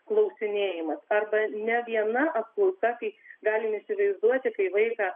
klausinėjimas arba ne viena apklausa kai galim įsivaizduoti kai vaiką